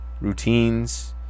routines